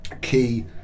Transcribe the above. key